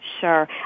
Sure